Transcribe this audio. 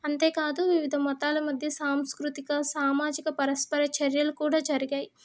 అంతేకాదు వివిధ మతాల మధ్య సాంస్కృతిక సామాజిక పరస్పర చర్యలు కూడా జరిగాయి